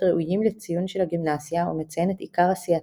ראויים לציון של הגימנסיה ומציין את עיקר עשייתם.